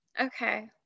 Okay